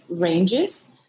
ranges